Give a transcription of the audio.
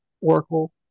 Oracle